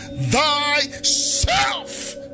thyself